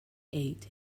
ate